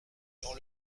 dans